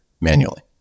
manually